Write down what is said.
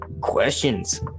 questions